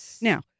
Now